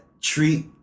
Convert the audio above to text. treat